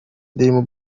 dream